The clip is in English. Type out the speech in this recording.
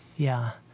yeah.